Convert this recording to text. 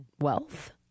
wealth